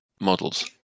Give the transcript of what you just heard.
models